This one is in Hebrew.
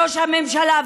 ראש הממשלה,